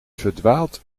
verdwaalt